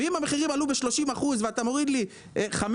ואם המחירים עלו ב-30% ואתה מוריד לי 15%,